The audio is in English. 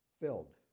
filled